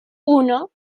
uno